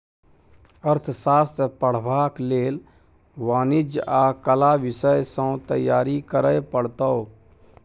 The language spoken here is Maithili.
अर्थशास्त्र पढ़बाक लेल वाणिज्य आ कला विषय सँ तैयारी करय पड़तौ